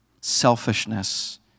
selfishness